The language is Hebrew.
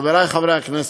חברי חברי הכנסת,